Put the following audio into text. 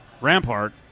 Rampart